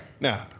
Now